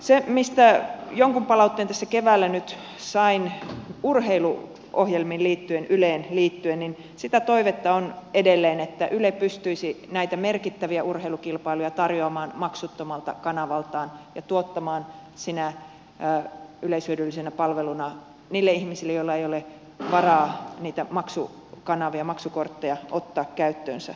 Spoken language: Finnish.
se mistä jonkun palautteen tässä keväällä nyt sain urheiluohjelmiin liittyen yleen liittyen niin sitä toivetta on edelleen että yle pystyisi näitä merkittäviä urheilukilpailuja tarjoamaan maksuttomalta kanavaltaan ja tuottamaan niitä sinä yleishyödyllisenä palveluna niille ihmisille joilla ei ole varaa niitä maksukanavia maksukortteja ottaa käyttöönsä